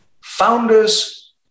Founders